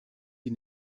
die